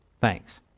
Thanks